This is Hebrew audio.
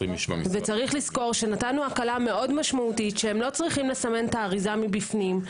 נתנו הקלה מאוד משמעותית שהם לא צריכים לסמן את האריזה מבפנים,